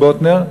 ב"באטנר",